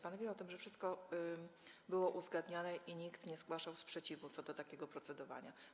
Pan wie o tym, że wszystko było uzgadniane i nikt nie zgłaszał sprzeciwu co do takiego procedowania.